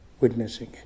witnessing